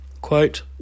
quote